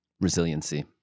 Resiliency